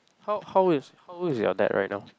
how how old is how old is your dad right now